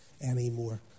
anymore